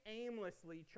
aimlessly